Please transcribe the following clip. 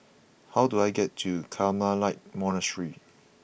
how do I get to Carmelite Monastery